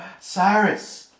Cyrus